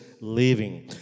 living